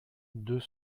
deux